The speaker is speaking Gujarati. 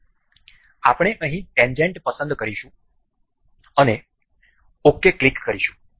તો આપણે અહીં ટેન્જેન્ટ પસંદ કરીશું અને ok ક્લિક કરીશું